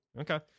Okay